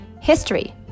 History